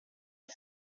est